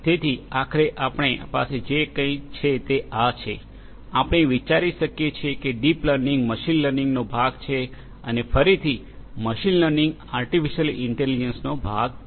તેથી આખરે આપણી પાસે જે કંઇક છે તે આ છે આપણે વિચારી શકીએ છીએ કે ડીપ લર્નિંગ મશીન લર્નિંગનો ભાગ છે અને ફરીથી મશીન લર્નિંગ આર્ટીફિશિઅલ ઇન્ટેલિજન્સનો ભાગ છે